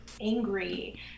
angry